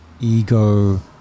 ego